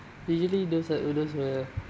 usually those are those were